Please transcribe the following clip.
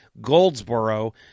Goldsboro